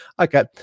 Okay